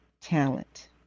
talent